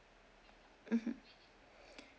mmhmm